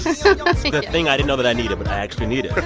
so thing i didn't know that i needed but i actually needed